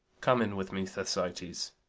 come in with me, thersites.